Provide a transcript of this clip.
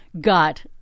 got